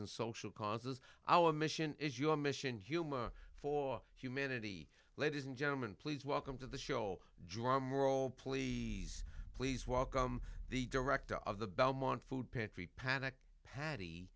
and social causes our mission is your mission humor for humanity ladies and gentlemen please welcome to the show drum roll please please welcome the director of the belmont food pantry panic patty